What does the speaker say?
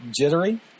jittery